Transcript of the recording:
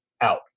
out